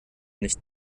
nicht